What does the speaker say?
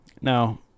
Now